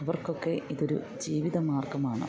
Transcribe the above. അവർക്കൊക്കെ ഇതൊരു ജീവിത മാർഗ്ഗമാണ്